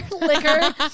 liquor